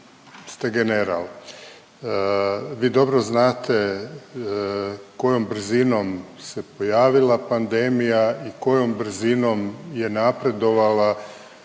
ste general. Vi dobro znate kojom brzinom se pojavila pandemija i kojom brzinom je napredovala,